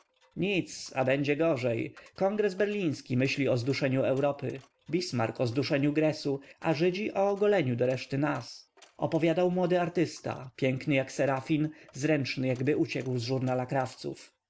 nic a będzie gorzej kongres berliński myśli o zduszeniu europy bismarck o zduszeniu gresu a żydzi o ogoleniu do reszty nas opowiadał młody artysta piękny jak serafin zręczny jakby uciekł z żurnala krawców